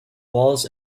walls